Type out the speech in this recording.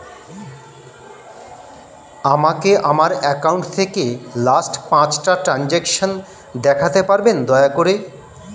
আমাকে আমার অ্যাকাউন্ট থেকে লাস্ট পাঁচটা ট্রানজেকশন দেখাতে পারবেন দয়া করে